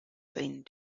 thing